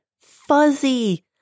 fuzzy